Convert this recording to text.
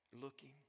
Looking